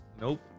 Nope